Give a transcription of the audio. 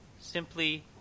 simply